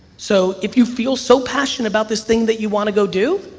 so, if you feel so passionate about this thing that you wanna go do,